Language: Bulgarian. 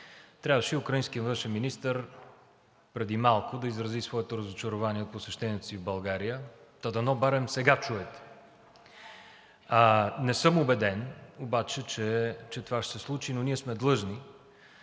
Трябваше и украинският външен министър преди малко да изрази своето разочарование от посещението си в България, та дано барем сега чуете. Не съм убеден обаче, че това ще се случи, но ние сме длъжни,